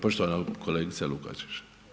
Poštovana kolegice Lukačić.